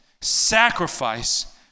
sacrifice